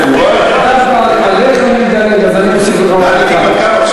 אז אני מוסיף לך עוד דקה.